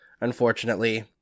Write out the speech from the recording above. unfortunately